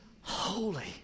holy